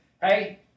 hey